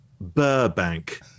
Burbank